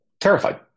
Terrified